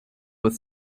with